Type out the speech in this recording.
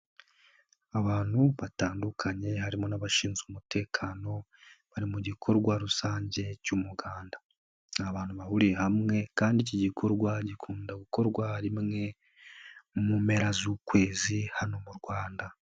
Abantu batandukanye, harimo n'abashinzwe umutekano, bari mu gikorwa rusange cy'umuganda. Ni abantu bahuriye hamwe, kandi iki gikorwa gikunda gukorwa rimwe mu mpera z'ukwezi, hano mu Rwanda.